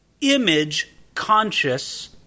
image-conscious